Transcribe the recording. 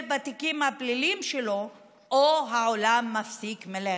בתיקים הפליליים שלו או שהעולם מפסיק מלכת.